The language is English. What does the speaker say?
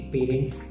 Parents